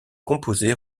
composés